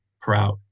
proud